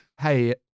Hey